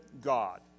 God